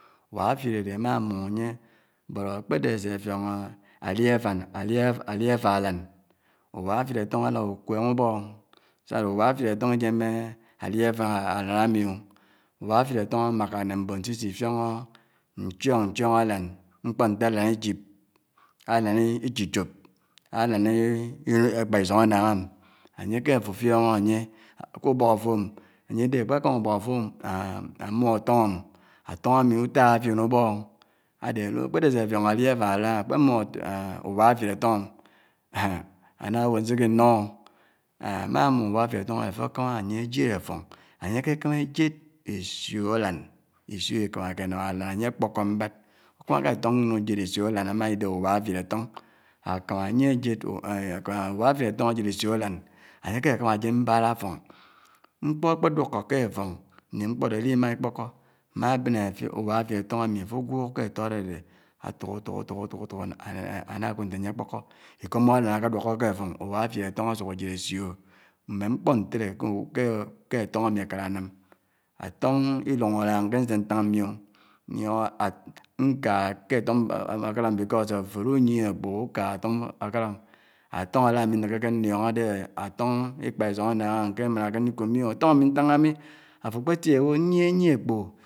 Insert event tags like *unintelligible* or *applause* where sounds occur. Uwáfid ádè ánà ányè but ò ákpèdè ásè fióngò áli áfá, áli áfá áli áli áfá álán uwáfid átòng álà ukwèngè ubòk ò sádè uwáfid átòng iyèmmè áli átá álàn ámj ò uwáfid átòng ámaká nè mbòn sè isifiòngò nchòng nchòng álán mkpò ntè àlàn ichip álán ichichòp álán *hesitation* (s) ikpà isòng ánnáng m, ányè kè àfò áfiòngò ányè k'u ubòk àfò m, ányè dè ákpè kámá ubòk àfò ámum átòng átòng ámi utáhá fién ubòk ò, ádè ñ kpèdè ásè fiòngò áli áfá álàn ákpè mum uwàfid átòng m èhn! ánàbò nsik'indòng ò èhn! ámá mum uwáfid átòng ádè àfò ákámá ányè ájièd áffòng ányè kè èkámá éjéd ésiò álàn ésiò ékámákè ènám álàn ányè kpòkó mbáb, ukámákè átòng nwèn ujèd ésiò álàn ámáidèhè uwáfid átòng ákámá ányè ájèd( *hesitation* s) ákámá uwáfid átòng ájèd ésiò álàn ányè kè ákámá ájèd mbád áffòng mkpò ákpè duòkò ké áffòng nè mkpò ádè ádimàghà ikpòkò ámábèn ófi uwáfid átòng ámi àfò guòk kè átò dè dè átuk átuk átuk átuk átuk *hesitation* (s) ánákud ntè ányè ákpòkò ikòmmó álàn ákè duòkò kè áffòng uwáfid átòng ásuk ájèd ásió mmè mkpò ntèdè kè kè kè átòng ámi ákádi ánám. Átòng ilòng ánnáng ké nsuk ntáng ámi o *unintelligible* because àfò ádunyèhè ákpògò ukàghà átòng mbákárá ò átòng álà ámi nnìkèkè ndiòngò ádè átòng ikpà isóng ánnáng m, nkè mànàkè ndikud mi o. Átòng ámi ntángá mi àfò ákpè tiê uníèghè niè akpògò